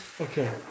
Okay